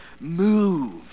move